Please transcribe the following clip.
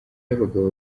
abagabo